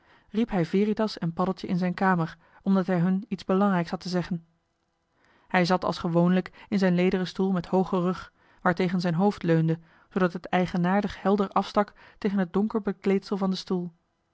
riep hij veritas en paddeltje in zijn kamer omdat hij hun iets belangrijks had te zeggen hij zat als gewoonlijk in zijn lederen stoel met hoogen rug waartegen zijn hoofd leunde zoodat het eigenaardig helder afstak tegen het donker bekleedsel van den stoel